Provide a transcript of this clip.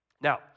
Now